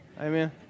Amen